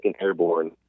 Airborne